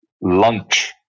lunch